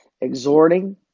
exhorting